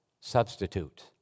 substitute